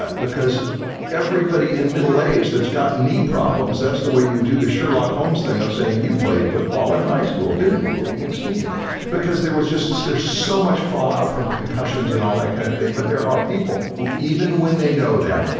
because everybody in middle age that's got knee problems, that's the way you do the sherlock holmes thing of saying you played football in high school, didn't you or you went skiing because there was just there's so much fallout from concussions and all that kind of thing but there are people who even when they know that,